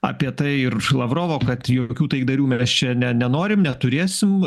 apie tai ir lavrovo kad jokių taikdarių mes čia ne nenorim neturėsim